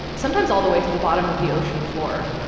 sometimes all the way to the bottom of the ocean floor.